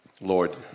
Lord